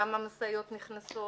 כמה משאיות נכנסות.